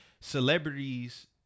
Celebrities